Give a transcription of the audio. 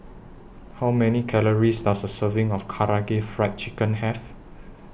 How Many Calories Does A Serving of Karaage Fried Chicken Have